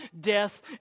death